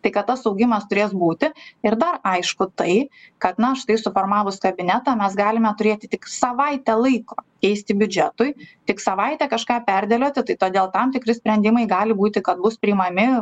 tai kad tas augimas turės būti ir dar aišku tai kad na štai suformavus kabinetą mes galime turėti tik savaitę laiko keisti biudžetui tik savaitę kažką perdėlioti tai todėl tam tikri sprendimai gali būti kad bus priimami